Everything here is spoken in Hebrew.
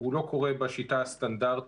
הוא לא קורה בשיטה הסטנדרטית,